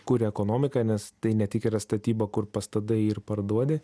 kuria ekonomiką nes tai ne tik yra statyba kur pastatai ir parduodi